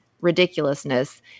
ridiculousness